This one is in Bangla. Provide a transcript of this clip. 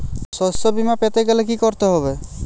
শষ্যবীমা পেতে গেলে কি করতে হবে?